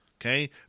okay